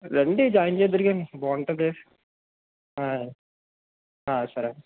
రండి జాయిన్ చేద్దురుగాని బాగుంటుంది ఆయి సరే